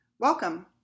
Welcome